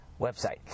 Website